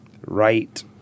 right